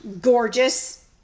gorgeous